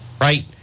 right